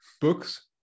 Books